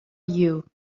you